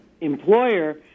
employer